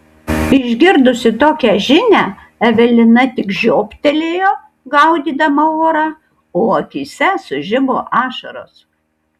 išgirdusi tokią žinią evelina tik žioptelėjo gaudydama orą o akyse sužibo ašaros